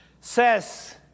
says